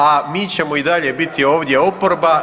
A mi ćemo i dalje biti ovdje oporba.